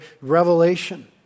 revelation